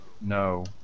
No